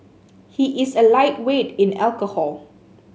he is a lightweight in alcohol